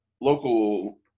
local